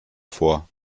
vor